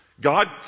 God